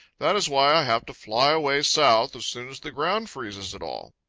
that is why i have to fly away south as soon as the ground freezes at all.